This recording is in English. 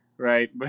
Right